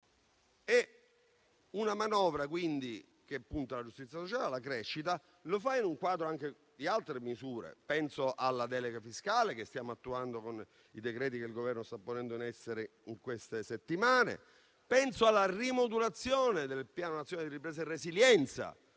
una manovra che punta alla giustizia sociale e alla crescita, e lo fa nel quadro anche di altre misure. Penso alla delega fiscale che stiamo attuando con i decreti che il Governo sta ponendo in essere in queste settimane. Penso alla rimodulazione del Piano nazionale di ripresa e resilienza,